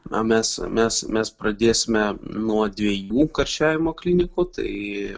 na mes mes mes pradėsime nuo dviejų karščiavimo klinikų tai